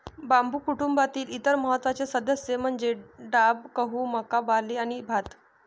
बांबू कुटुंबातील इतर महत्त्वाचे सदस्य म्हणजे डाब, गहू, मका, बार्ली आणि भात